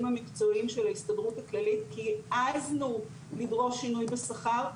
המקצועיים של ההסתדרות הכללית כי העזנו לדרוש שינוי בשכר?